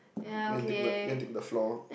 you can dig the you can dig the floor